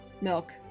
milk